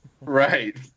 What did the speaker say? Right